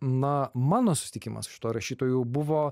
na mano susitikimas su šituo rašytoju buvo